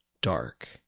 dark